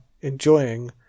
enjoying